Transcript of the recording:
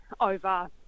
over